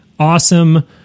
awesome